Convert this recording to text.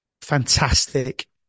fantastic